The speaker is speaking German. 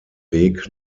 weg